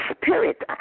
spirit